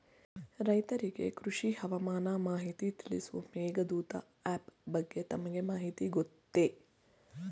ರೈತರಿಗೆ ಕೃಷಿ ಹವಾಮಾನ ಮಾಹಿತಿ ತಿಳಿಸುವ ಮೇಘದೂತ ಆಪ್ ಬಗ್ಗೆ ತಮಗೆ ಮಾಹಿತಿ ಗೊತ್ತೇ?